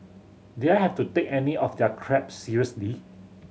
did I have to take any of their crap seriously